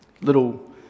little